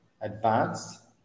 advanced